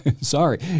sorry